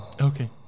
Okay